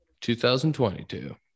2022